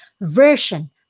version